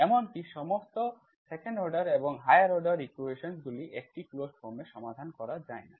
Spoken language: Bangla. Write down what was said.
এমনকি সমস্ত 2nd অর্ডার এবং হায়ার অর্ডার ইকুয়েশন্স গুলো একটি ক্লোজড ফর্ম এ সমাধান করা যায় না